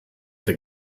der